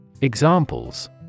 Examples